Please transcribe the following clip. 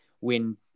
win